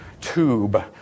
tube